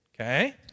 Okay